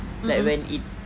like when it